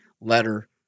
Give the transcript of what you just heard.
letter